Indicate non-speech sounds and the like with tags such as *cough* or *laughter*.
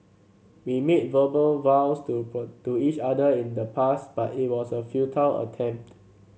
we made verbal vows to *unintelligible* to each other in the past but it was a futile attempt